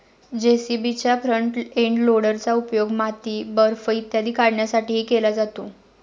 जे.सी.बीच्या front end लोडरचा उपयोग माती, बर्फ इत्यादी काढण्यासाठीही केला जातो